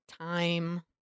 time